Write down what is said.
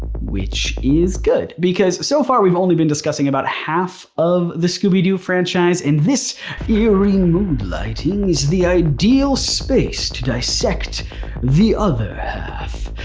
which is good because so far we've only been discussing about half of the scooby-doo franchise and this eerie mood lighting is the ideal space to dissect the other half,